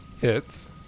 hits